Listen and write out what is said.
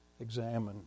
examined